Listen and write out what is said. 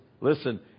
listen